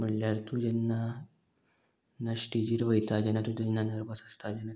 म्हणल्यार तूं जेन्ना स्टेजीर वयता जेन्ना तूं जेन्ना नर्वस आसता जेन्ना तुका